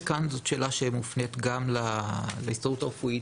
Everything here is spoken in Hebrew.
אז כאן זו שאלה שמופנית גם להסתדרות הרפואית.